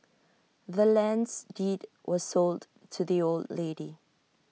the land's deed was sold to the old lady